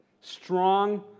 strong